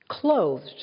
Clothed